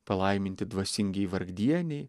palaiminti dvasingieji vargdieniai